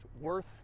worth